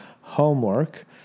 homework